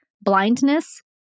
blindness